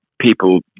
people